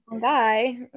guy